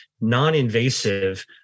non-invasive